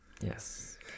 yes